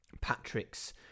Patrick's